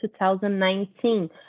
2019